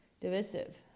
divisive